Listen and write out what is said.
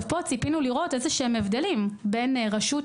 פה ציפינו לראות הבדלים כלשהם בין רשות